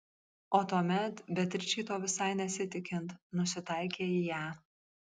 o tuomet beatričei to visai nesitikint nusitaikė į ją